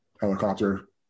helicopter